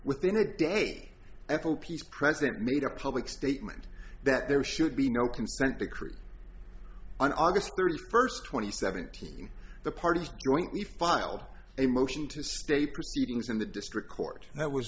within a day fops president made a public statement that there should be no consent decree on august thirty first twenty seventy the parties jointly filed a motion to stay proceedings in the district court that was